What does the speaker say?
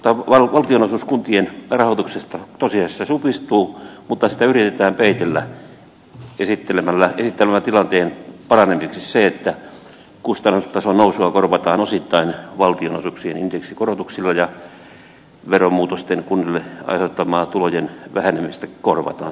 valtion osuus kuntien rahoituksesta tosiasiassa supistuu mutta sitä yritetään peitellä esittämällä tilanteen parantamiseksi se että kustannustason nousua korvataan osittain valtionosuuksien indeksikorotuksilla ja veromuutosten kunnille aiheuttamaa tulojen vähenemistä korvataan